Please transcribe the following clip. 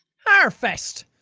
harfest!